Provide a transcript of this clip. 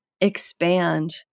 expand